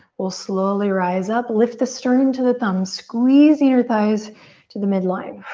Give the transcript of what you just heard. we'll slowly rise up. lift the sternum to the thumbs. squeeze the inner thighs to the midline.